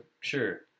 sure